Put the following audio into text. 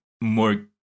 more